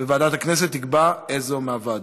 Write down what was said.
ועדת הכנסת תקבע איזו מהוועדות.